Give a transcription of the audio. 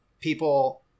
people